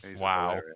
Wow